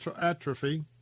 atrophy